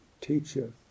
teacher